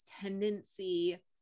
tendency